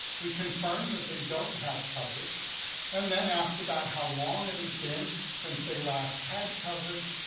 we confirm that they don't have coverage and then ask about how long it has been since they last had coverage,